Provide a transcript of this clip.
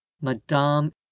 madame